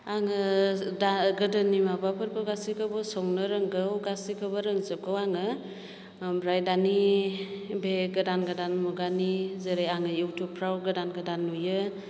आङो दा गोदोनि माबाफोरखौ गासैखौबो संनो रोंगौ गासिखौबो रोंजोबगौ आङो ओमफ्राय दानि बे गोदान गोदान मुगानि जेरै आङो युटुबफ्राव गोदान गोदान नुयो